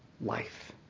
life